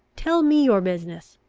tell me your business.